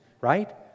right